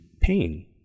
pain